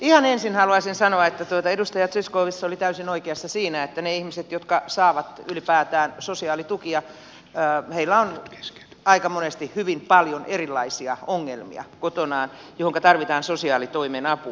ihan ensin haluaisin sanoa että edustaja zyskowicz oli täysin oikeassa siinä että niillä ihmisillä jotka saavat ylipäätään sosiaalitukia on aika monesti hyvin paljon erilaisia ongelmia kotonaan joihinka tarvitaan sosiaalitoimen apua